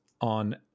on